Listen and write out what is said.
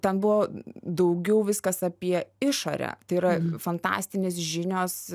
ten buvo daugiau viskas apie išorę tai yra fantastinės žinios